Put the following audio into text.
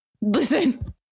Listen